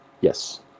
Yes